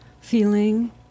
feeling